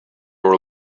were